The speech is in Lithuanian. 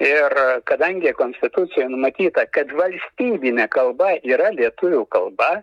ir kadangi konstitucijoj numatyta kad valstybinė kalba yra lietuvių kalba